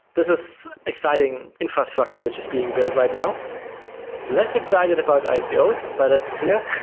this is exciting infrastructure, which is being built right now less excited about icos, yeah ah so but that's clear.